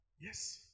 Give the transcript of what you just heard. yes